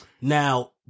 Now